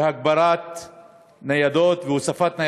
להגברת ניידות והוספת ניידות.